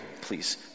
please